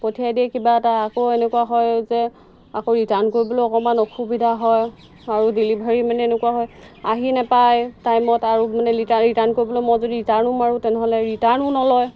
পঠিয়াই দিয়ে কিবা এটা আকৌ এনেকুৱা হয় যে আকৌ ৰিটাৰ্ণ কৰিবলৈ অকণমান অসুবিধা হয় আৰু ডেলিভাৰী মানে এনেকুৱা হয় আহি নাপায় টাইমত আৰু মানে ৰিটাৰ্ণ ৰিটাৰ্ণ কৰিবলৈ মই যদি ৰিটাৰ্ণো মাৰোঁ তেনেহ'লে ৰিটাৰ্ণো নলয়